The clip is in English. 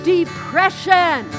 Depression